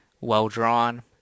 well-drawn